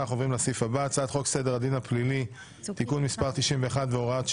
אין ההצעה להעביר את הצעת חוק הכניסה לישראל (תיקון מס' 34),